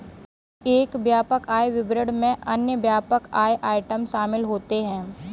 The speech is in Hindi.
एक व्यापक आय विवरण में अन्य व्यापक आय आइटम शामिल होते हैं